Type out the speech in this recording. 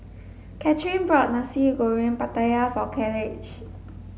Cathrine bought nasi goreng pattaya for Kaleigh